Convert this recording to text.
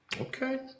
Okay